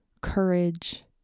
courage